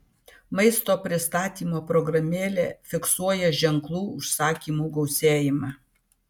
maisto pristatymo programėlė fiksuoja ženklų užsakymų gausėjimą